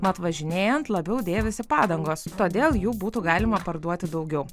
mat važinėjant labiau dėvisi padangos todėl jų būtų galima parduoti daugiau